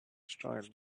style